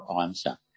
answer